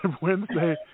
Wednesday